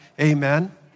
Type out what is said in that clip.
Amen